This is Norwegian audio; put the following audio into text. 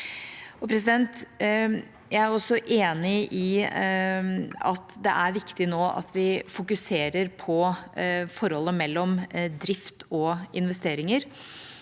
Jeg er også enig i at det nå er viktig at vi fokuserer på forholdet mellom drift og investeringer.